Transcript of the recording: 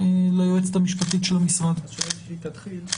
שהיא תתחיל.